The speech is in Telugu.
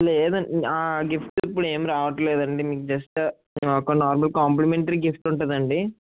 లేదండి ఆ గిఫ్ట్లు ఇప్పుడు ఏం రావట్లేదండి మీకు జస్ట్ ఒక నార్మల్ కాంప్లిమెంటరీ గిఫ్ట్ ఉంటుందండి